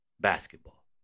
Basketball